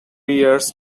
years